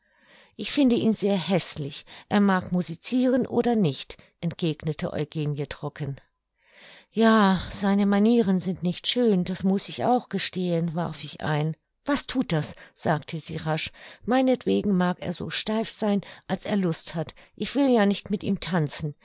ich finde ihn sehr häßlich er mag musiciren oder nicht entgegnete eugenie trocken ja seine manieren sind nicht schön das muß ich auch gestehen warf ich ein was thut das sagte sie rasch meinetwegen mag er so steif sein als er lust hat ich will ja nicht mit ihm tanzen